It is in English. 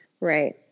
Right